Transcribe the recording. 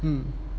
mm